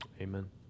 Amen